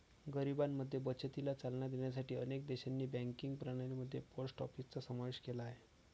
गरिबांमध्ये बचतीला चालना देण्यासाठी अनेक देशांनी बँकिंग प्रणाली मध्ये पोस्ट ऑफिसचा समावेश केला आहे